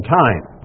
time